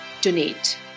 donate